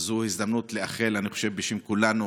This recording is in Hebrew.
אז זו הזדמנות לאחל, אני חושב שבשם כולנו